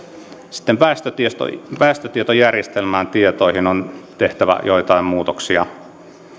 sitten väestötietojärjestelmään on tietoihin tehtävä joitain muutoksia